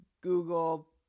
Google